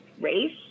race